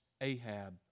Ahab